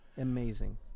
Amazing